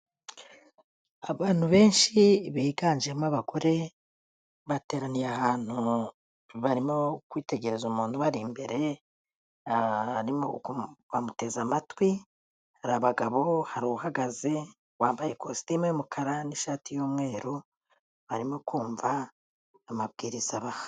Abantu benshi biganjemo abagore bateraniye ahantu, barimo kwitegereza umuntu ubari imbere, bamuteze amatwi, hari abagabo, hari uwuhagaze wambaye ikositime y'umukara n'ishati y'umweru, barimo kumva amabwiriza abaha.